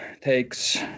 takes